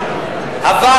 אבל